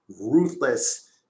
ruthless